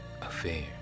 affair